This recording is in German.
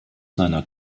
seiner